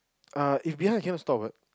err if behind I cannot stop what